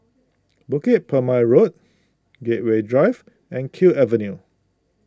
Bukit Purmei Road Gateway Drive and Kew Avenue